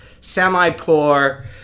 semi-poor